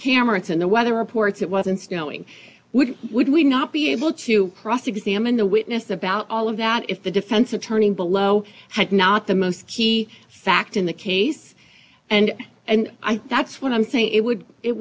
camera it's in the weather reports it wasn't snowing would would we not be able to cross examine the witness about all of that if the defense attorney below had not the most key fact in the case and and i think that's what i'm saying it would it